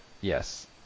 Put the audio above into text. yes